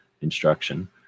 instruction